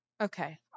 okay